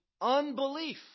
unbelief